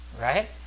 right